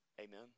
Amen